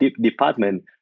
department